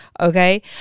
okay